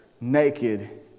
naked